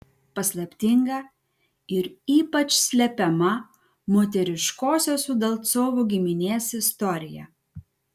paslaptinga ir ypač slepiama moteriškosios udalcovų giminės istorija